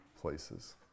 places